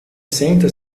senta